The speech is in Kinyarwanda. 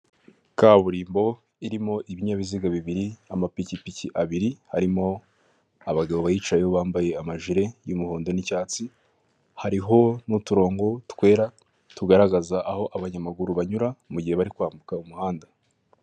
Kaburimbo irimo ibinyabiziga bibiri amapikipiki abiri harimo abagabo ba yicayeho bambaye amajire y'umuhondo n'icyatsi, hariho n'uturongo twera tugaragaza aho abanyamaguru banyura mu gihe bari kwambuka umuhanda.